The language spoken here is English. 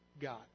God